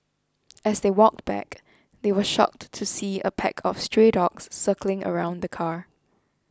as they walked back they were shocked to see a pack of stray dogs circling around the car